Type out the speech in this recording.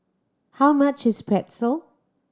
how much is Pretzel